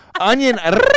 Onion